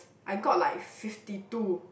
I got like fifty two